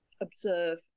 observe